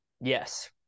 Yes